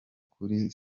kuri